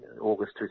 August